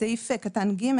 בסעיף (ג)